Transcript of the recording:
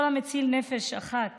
כל המציל נפש אחת